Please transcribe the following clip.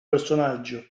personaggio